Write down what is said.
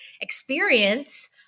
experience